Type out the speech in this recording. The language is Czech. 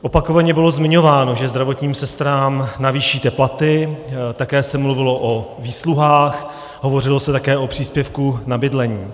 Opakovaně bylo zmiňováno, že zdravotním sestrám navýšíte platy, také se mluvilo o výsluhách, hovořilo se také o příspěvku na bydlení.